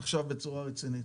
עכשיו בצורה רצינית.